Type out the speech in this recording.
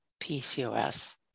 PCOS